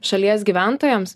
šalies gyventojams